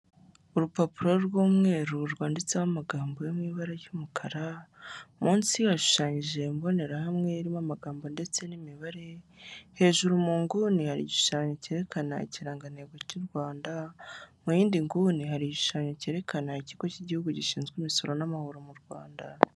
Urupapuro rw'umweru rwanditseho amagambo yo mu ibara ry'umukara; munsi hashushanyije imbonerahamwe irimo amagambo ndetse n'imibare; hejuru muguni hari igishushanyo cyerekana ikirangantego cy'u rwanda; mu y'indi nguni hari igishushanyo cyerekana, ikigo cy'igihugu gishinzwe imisoro n'amahoro mu rwanda.